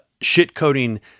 Shit-coding